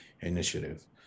initiative